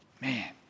man